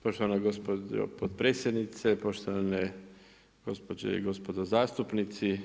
Poštovana gospođo potpredsjednice, poštovane gospođo i gospodo zastupnici.